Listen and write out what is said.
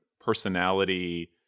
personality